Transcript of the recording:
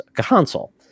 console